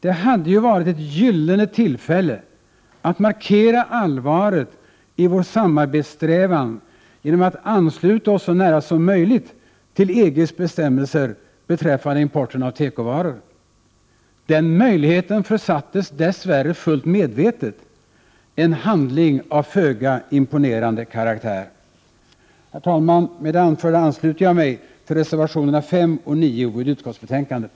Det hade ju varit ett gyllene tillfälle att markera allvaret i vår samarbetssträvan genom att ansluta oss så nära som möjligt till EG:s bestämmelser beträffande importen av tekovaror. Den möjligheten försatts dess värre fullt medvetet, en handling av föga imponerande karaktär. Herr talman! Med det anförda ansluter jag mig till reservationerna 5 och 9 som är fogade till utskottsbetänkandet.